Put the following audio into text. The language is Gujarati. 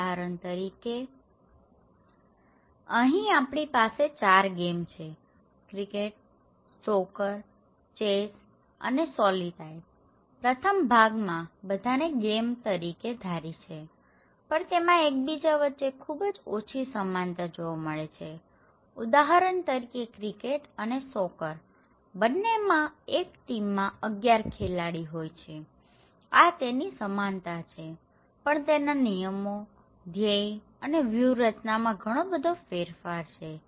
ઉદાહરણ તરીકે અહીં આપણી પાસે ચાર ગેમ છેક્રિકેટ સોકરચેસ અને સોલિતાઇર પ્રથમ ભાગમાં બધાને ગેમ તરીકે ધારી છે પણ તેમાં એકબીજા વચ્ચે ખૂબ જ ઓછી સમાનતા જોવા મળે છેઉદાહરણ તરીકે ક્રિકેટ અને સોકર બંનેમાં એક ટીમમાં 11 ખેલાડીઓ હોય છે આ તેની સમાનતા છે પણ તેના નિયમો ધ્યેય અને વ્યૂહરચનમાં ઘણો ફેરફાર છે